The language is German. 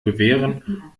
gewehren